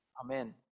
Amen